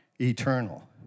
eternal